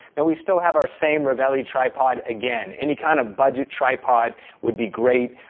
and we still have our same ravelli tripod. again, any kind of budget tripod would be great,